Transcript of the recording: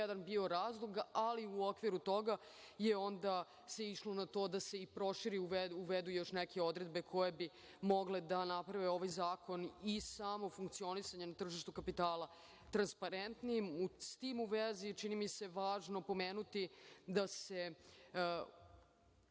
bio razlog. Ali, u okviru toga se onda išlo na to da se i prošire i uvedu još neke odredbe koje bi mogle da naprave ovaj zakon i samo funkcionisanje na tržištu kapitala transparentnijim.S tim u vezi, čini mi se važnim pomenuti da se